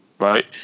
Right